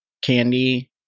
Candy